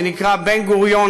שנקרא "בן-גוריון,